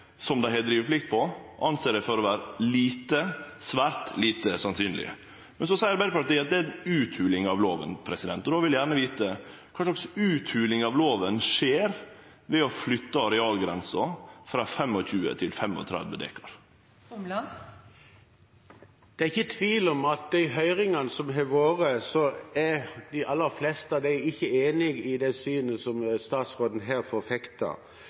som dei har driveplikt på, held eg for å vere svært lite sannsynleg. Så seier Arbeidarpartiet at dette er ei utholing av lova. Då vil eg gjerne vite: Kva slags utholing av lova skjer ved å flytte arealgrensa frå 25 til 35 dekar? Det er ikke tvil om at i de høringene som har vært, er de aller fleste ikke enig i det synet som statsråden her